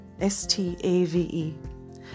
S-T-A-V-E